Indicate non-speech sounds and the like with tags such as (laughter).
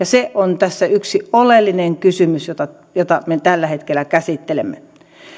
(unintelligible) se on tässä yksi oleellinen kysymys jota jota me tällä hetkellä käsittelemme